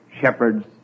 shepherds